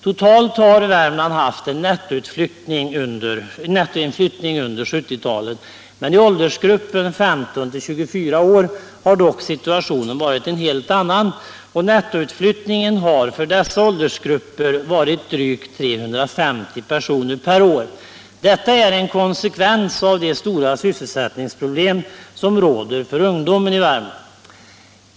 Totalt har Värmland haft en nettoinflyttning under 1970-talet. Men i åldersgrupperna 15-24 år har situationen varit en helt annan, och nettoutflyttningen har för dessa åldersgrupper varit drygt 350 personer per år. Detta är en konsekvens av de stora sysselsättningsproblem som råder för ungdomen i Värmland.